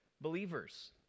believers